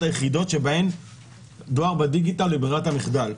היחידות שבהן דואר בדיגיטל היא ברירת המחדל.